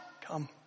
Come